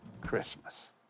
Christmas